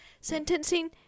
Sentencing